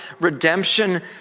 redemption